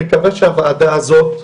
הוועדה הזאת,